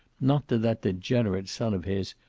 not to that degenerate son of his,